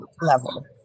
level